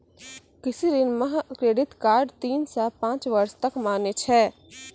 कृषि ऋण मह क्रेडित कार्ड तीन सह पाँच बर्ष तक मान्य छै